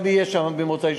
אני גם אהיה שם במוצאי-שבת.